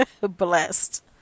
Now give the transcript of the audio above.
blessed